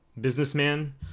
businessman